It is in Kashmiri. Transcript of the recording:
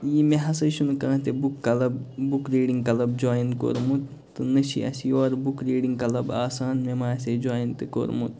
یہِ مےٚ ہسا چھُنہٕ کانٛہہ تہِ book club book reading club join کوٚرمُت تہٕ نَہ چھِ اسہِ یورٕ بُک ریٖڈِنٛگ کلب آسان مےٚ ما آسہِ ہا جوایِن تہِ کوٚرمُت